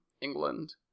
England